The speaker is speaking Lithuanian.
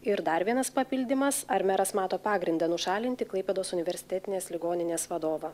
ir dar vienas papildymas ar meras mato pagrindą nušalinti klaipėdos universitetinės ligoninės vadovą